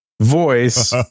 voice